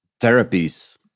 therapies